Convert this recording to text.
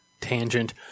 tangent